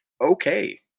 okay